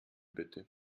bitte